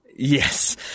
Yes